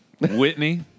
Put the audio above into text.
Whitney